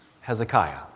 Hezekiah